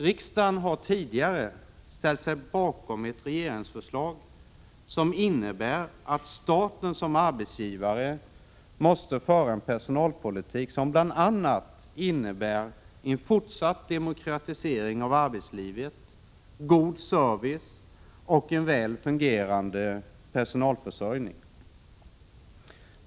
Riksdagen har tidigare ställt sig bakom ett regeringsförslag som innebär att staten som arbetsgivare måste föra en personalpolitik som bl.a. innebär en fortsatt demokratisering av arbetslivet, god service och en väl fungerande personalförsörjning.